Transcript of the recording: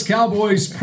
Cowboys